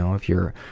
um if you're